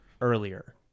earlier